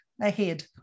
ahead